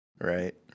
Right